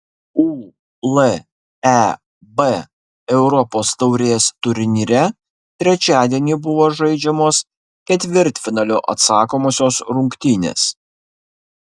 uleb europos taurės turnyre trečiadienį buvo žaidžiamos ketvirtfinalio atsakomosios rungtynės